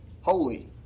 holy